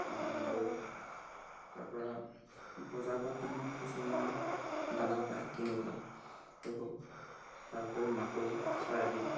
দ'ল তাৰপৰা বজাৰৰ পৰা কিনি অনা কিছুমান দানাও পায় কিনিবলৈ সেইবোৰ তাৰোপৰি মাকৈ চয়াবিন